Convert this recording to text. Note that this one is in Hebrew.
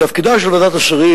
תפקידה של ועדת השרים